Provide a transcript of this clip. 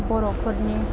बर'फोरनि